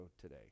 today